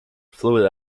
fluid